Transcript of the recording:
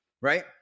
Right